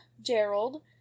Gerald